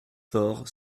faure